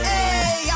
Hey